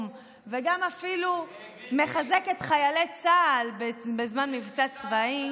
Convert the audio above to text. וגם אפילו מחזק את חיילי צה"ל בזמן מבצע צבאי,